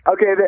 Okay